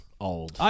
old